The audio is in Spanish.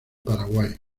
paraguay